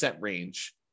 range